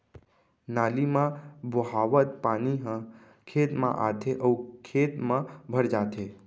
नाली म बोहावत पानी ह खेत म आथे अउ खेत म भर जाथे